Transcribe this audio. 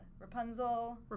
Rapunzel